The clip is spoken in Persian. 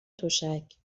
تشک